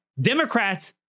Democrats